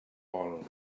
vol